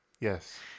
Yes